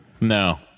No